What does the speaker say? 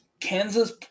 Kansas